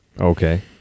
Okay